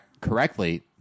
correctly